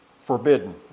forbidden